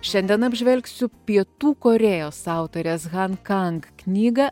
šiandien apžvelgsiu pietų korėjos autorės han kang knygą